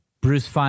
Bruce